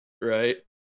right